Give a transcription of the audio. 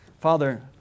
Father